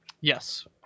yes